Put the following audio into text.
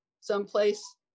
someplace